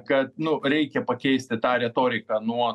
kad nu reikia pakeisti tą retoriką nuo